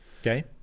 okay